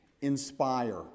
Inspire